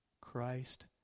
Christ